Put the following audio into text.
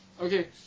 Okay